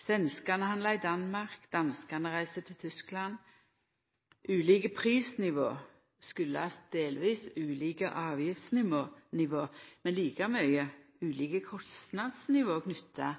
Svenskane handlar i Danmark, danskane reiser til Tyskland. Ulike prisnivå kjem delvis av ulike avgiftsnivå, men like mykje av ulike kostnadsnivå knytte